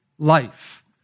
life